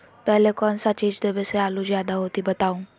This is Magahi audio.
पहले कौन सा चीज देबे से आलू ज्यादा होती बताऊं?